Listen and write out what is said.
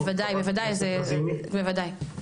בוודאי, בוודאי.